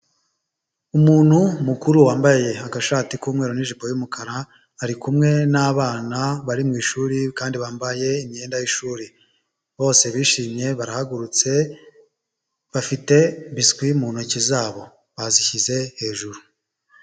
Umuntu mukuru wambaye agashati k'umweru n'ijipo y'umukara, ari kumwe n'abana bari mu ishuri kandi bambaye imyenda y'ishuri, bose bishimye barahagurutse bafite biswi mu ntoki zabo bazishyize hejuru.